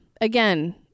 Again